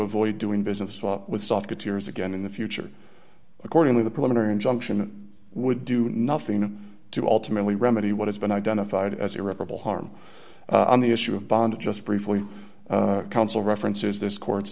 avoid doing business with softer tears again in the future accordingly the preliminary injunction would do nothing to alter mentally remedy what has been identified as irreparable harm on the issue of bond just briefly counsel references this court's